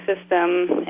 system